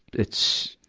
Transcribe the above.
it's,